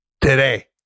Today